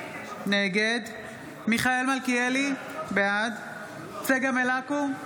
נגד מיכאל מלכיאלי, בעד צגה מלקו,